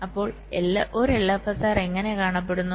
അപ്പോൾ ഒരു LFSR എങ്ങനെ കാണപ്പെടുന്നു